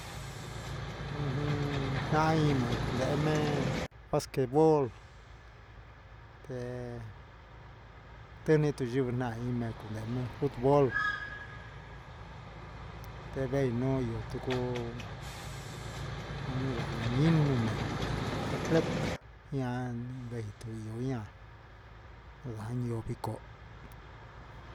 Tai mei ndehe mei basquetbol te nde ti yuu futbol te vei nuun yu yucu cuu un yaha ja ninu mee atleta ña yoo vico